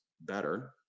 better